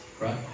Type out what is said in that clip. right